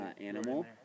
animal